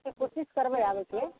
तऽ कोशिश करबै आबेके